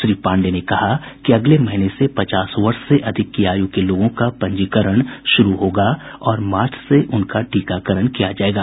श्री पांडेय ने कहा है कि अगले महीने से पचास वर्ष से अधिक की आयु के लोगों का पंजीकरण शुरू होगा और मार्च से उनका टीकाकरण किया जाएगा